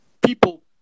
people